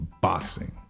boxing